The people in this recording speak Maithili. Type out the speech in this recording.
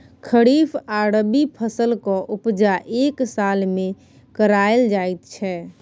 खरीफ आ रबी फसलक उपजा एक साल मे कराएल जाइ छै